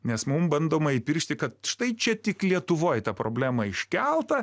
nes mum bandoma įpiršti kad štai čia tik lietuvoj ta problema iškelta